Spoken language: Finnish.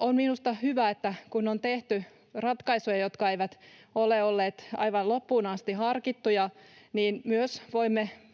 On minusta hyvä, että kun on tehty ratkaisuja, jotka eivät ole olleet aivan loppuun asti harkittuja, niin myös voimme